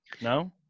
No